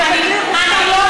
תורידי לגיל שמונה.